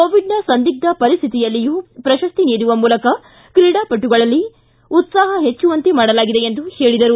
ಕೋವಿಡ್ನ ಸಂದಿಗ್ದ ಪರಿಸ್ತಿತಿಯಲ್ಲಿಯೂ ಪ್ರಶಸ್ತಿ ನೀಡುವ ಮೂಲಕ ಕ್ರೀಡಾಪಟುಗಳಲ್ಲಿ ಉತ್ಸಾಹ ಹೆಚ್ಚುವಂತೆ ಮಾಡಲಾಗಿದೆ ಎಂದು ಹೇಳಿದರು